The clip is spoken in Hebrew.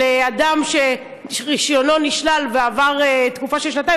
אדם שרישיונו נשלל ועברה תקופה של שנתיים,